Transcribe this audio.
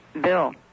Bill